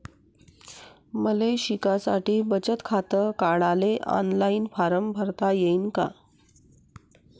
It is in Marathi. मले शिकासाठी बचत खात काढाले ऑनलाईन फारम भरता येईन का?